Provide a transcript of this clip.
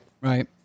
Right